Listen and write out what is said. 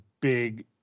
big